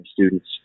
students